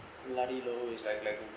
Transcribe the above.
bloody low it's like like